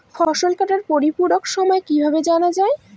ফসল কাটার পরিপূরক সময় কিভাবে জানা যায়?